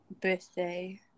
birthday